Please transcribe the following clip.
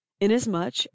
inasmuch